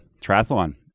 triathlon